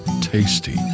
tasty